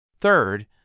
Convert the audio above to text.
Third